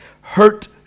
Hurt